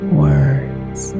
words